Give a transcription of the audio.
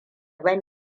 ban